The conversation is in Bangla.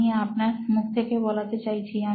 আমি আপনার মুখ থেকে বলাতে চাইছি